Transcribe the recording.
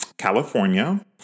California